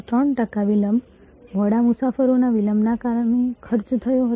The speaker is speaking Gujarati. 3 ટકા વિલંબ મોડા મુસાફરોના વિલંબને કારણે ખર્ચ થયો હતો